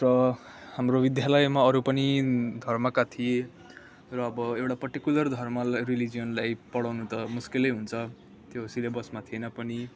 र हाम्रो विद्यालयमा अरू पनि धर्मका थिए र अब एउटा पार्टिकुलर धर्मलाई रिलिजनलाई पढाउनु त मुस्किलै हुन्छ त्यो सिलेबसमा थिएन पनि